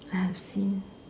I have seen